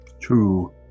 True